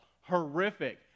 horrific